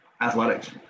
athletics